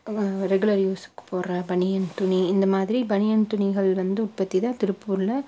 வ ரெகுலர் யூஸுக்கு போடுற பனியன் துணி இந்த மாதிரி பனியன் துணிகள் வந்து உற்பத்தி தான் திருப்பூர்ல